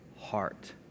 heart